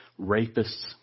rapists